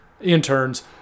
interns